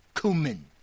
cumin